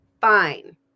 Fine